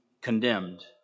condemned